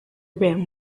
rim